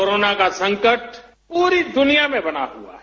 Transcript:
corona का संकट पूरी दुनिया में बना हुआ है